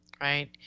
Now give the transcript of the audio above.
right